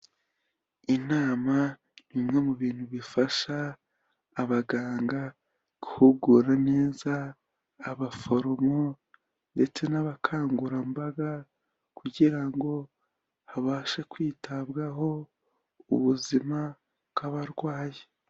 Inama ni imwe mu bintu bifasha, abaganga guhugura neza abaforomo ndetse n'abakangurambaga kugira ngo habashe kwitabwaho ubuzima bw'abarwayi.